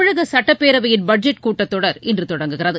தமிழக சுட்டப்பேரவையின் பட்ஜெட் கூட்டத் தொடர் இன்று தொடங்குகிறது